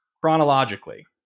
chronologically